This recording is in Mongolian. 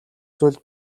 зүйлд